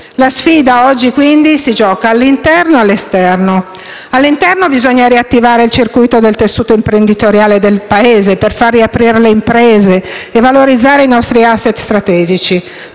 La sfida oggi si gioca, quindi, all'interno e all'esterno. All'interno, bisogna riattivare il circuito del tessuto imprenditoriale del Paese per far riaprire le imprese e valorizzare i nostri *asset* strategici,